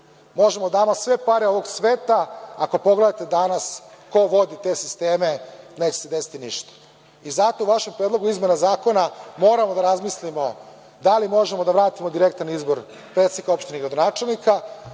Možemo da damo sve pare ovog sveta, ako pogledate danas ko vodi te sisteme, neće se desiti ništa. Zato o vašem Predlogu izmena zakona moramo da razmislimo da li možemo da vratimo direktan izvor predsednika opštine i gradonačelnika.